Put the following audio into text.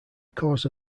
cause